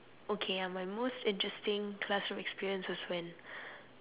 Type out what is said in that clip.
okay uh my most interesting classroom experience is when